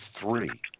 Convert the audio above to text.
three